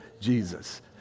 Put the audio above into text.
Jesus